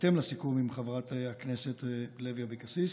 בהתאם לסיכום עם חברת הכנסת לוי אבקסיס,